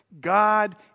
God